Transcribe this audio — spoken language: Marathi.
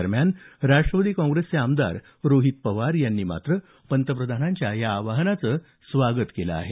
दरम्यान राष्ट्रवादी काँग्रेसचे आमदार रोहित पवार यांनी मात्र पंतप्रधानांच्या या आवाहनाचं स्वागत केलं आहे